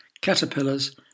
caterpillars